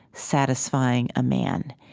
satisfying a man.